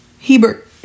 Hebert